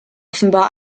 offenbar